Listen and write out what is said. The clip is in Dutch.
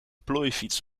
plooifiets